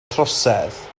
trosedd